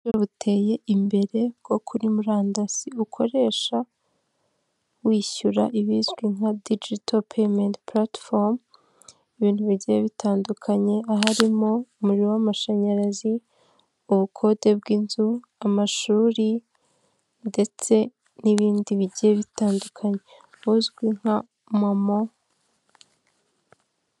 Ubyo buteye imbere bwo kuri murandasi, ukoresha wishyura ibizwi nka digito peyimenti puratifomu, ibintu bigiye bitandukanye, harimo umuriro w'amashanyarazi, ubukode bw'inzu amashuri ndetse n'ibindi bigiye bitandukanye buzwi nka momo.